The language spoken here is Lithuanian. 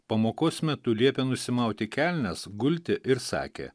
pamokos metu liepė nusimauti kelnes gulti ir sakė